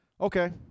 Okay